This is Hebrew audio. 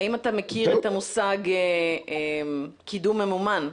האם אתה מכיר את המושג קידום ממומן?